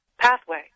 pathway